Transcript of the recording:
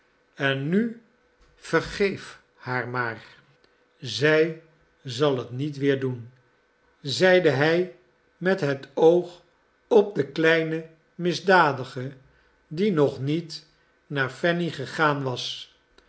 en nu vergeef haar maar zij zal het niet weer doen zeide hij met het oog op de kleine misdadige die nog niet naar fanny gegaan was